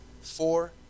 four